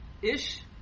Ish